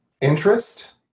interest